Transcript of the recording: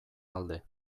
alde